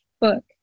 book